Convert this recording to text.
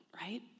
right